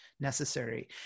necessary